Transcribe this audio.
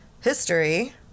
history